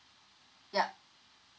yup